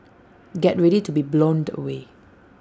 get ready to be blown away